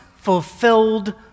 fulfilled